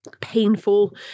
painful